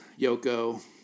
Yoko